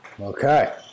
okay